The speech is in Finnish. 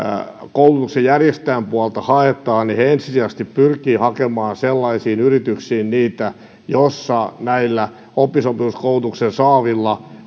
koulutuksen järjestäjien puolelta haetaan niin he ensisijaisesti pyrkivät hakemaan niitä sellaisiin yrityksiin joissa näillä oppisopimuskoulutuksen saavilla